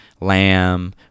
lamb